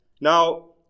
Now